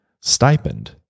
stipend